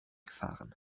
gefahren